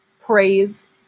praise